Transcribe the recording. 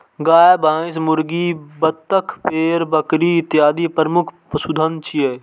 गाय, भैंस, मुर्गी, बत्तख, भेड़, बकरी इत्यादि प्रमुख पशुधन छियै